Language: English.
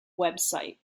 website